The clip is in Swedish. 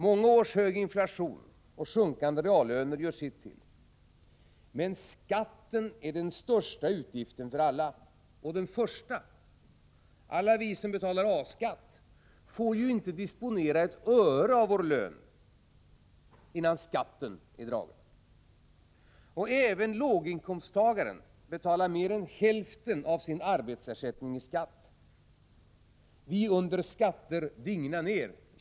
Många års hög inflation och sjunkande reallöner gör sitt till, men skatten är den största utgiften för alla — och den första. Alla vi som betalar A-skatt får inte disponera ett öre av vår lön förrän skatten är dragen. Även låginkomsttagaren betalar mer än hälften av sin arbetsersättning i skatt. Vi under skatter digna ner.